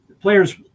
players